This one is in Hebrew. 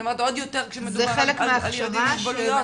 אני אומרת עוד יותר של ילדים עם מוגבלויות.